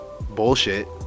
bullshit